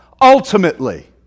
ultimately